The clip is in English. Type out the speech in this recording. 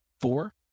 Four